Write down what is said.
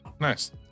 Nice